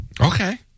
Okay